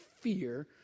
fear